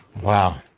Wow